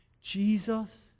Jesus